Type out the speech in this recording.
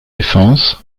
défense